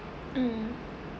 mm